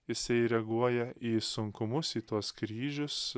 jisai reaguoja į sunkumus į tuos kryžius